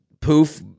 poof